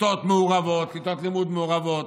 כיתות לימוד מעורבות,